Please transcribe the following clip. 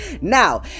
Now